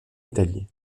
italie